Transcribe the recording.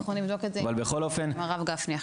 אנחנו נבדוק את זה עם הרב גפני אחרי הוועדה.